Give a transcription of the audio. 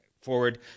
forward